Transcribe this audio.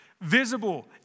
visible